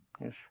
Yes